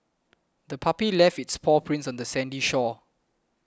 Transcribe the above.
the puppy left its paw prints on the sandy shore